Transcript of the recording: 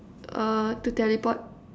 uh to teleport